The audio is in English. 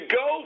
go